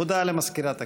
הודעה למזכירת הכנסת.